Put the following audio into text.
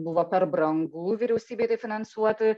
buvo per brangu vyriausybei tai finansuoti